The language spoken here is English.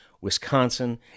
Wisconsin